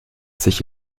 sich